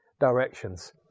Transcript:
directions